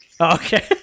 Okay